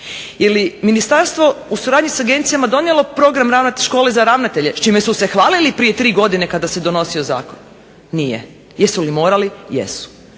Je li ministarstvo u suradnji s agencijama donijelo Program škole za ravnatelje s čime su se hvalili prije 3 godine kada se donosio zakon? Nije. Jesu li morali? Jesu.